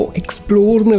explore